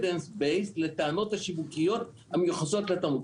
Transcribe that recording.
based לטענות השיווקיות המיוחסות לתמרוק.